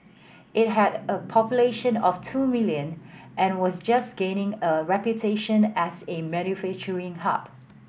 it had a population of two million and was just gaining a reputation as a manufacturing hub